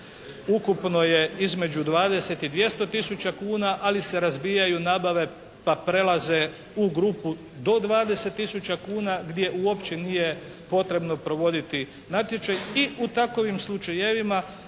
ukupno je između 20 i 200 tisuća kuna, ali se razbijaju nabave pa prelaze u grupu do 20 tisuća kuna gdje uopće nije potrebno provoditi natječaj i u takovim slučajevima